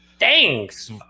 Thanks